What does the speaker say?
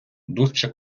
дужче